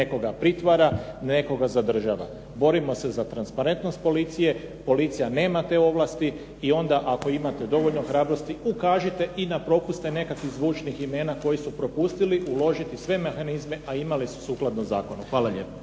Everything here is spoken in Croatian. nekoga pritvara, nekoga zadržava. Borimo se za transparentnost policije, policija nema te ovlasti i onda ako imate dovoljno hrabrosti ukažite i na propuste nekakvih zvučnih imena koji su propustili uložiti sve mehanizme, a imali su sukladno zakonu. Hvala lijepo.